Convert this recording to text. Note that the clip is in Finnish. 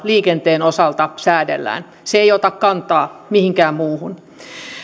liikenteen osalta säädellään se ei ota kantaa mihinkään muuhun